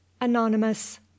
anonymous